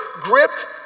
gripped